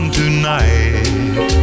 tonight